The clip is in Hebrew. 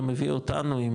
זה מביא אותנו,